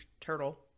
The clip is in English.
turtle